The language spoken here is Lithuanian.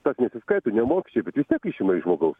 tas nesiskaito ne mokesčiai bet vis tiek išima iš žmogaus